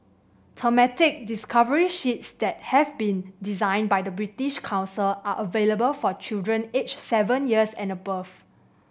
thematic discovery sheets that have been designed by the British Council are available for children aged seven years and above